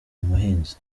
umuhinzi